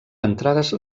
entrades